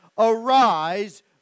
Arise